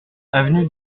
avenue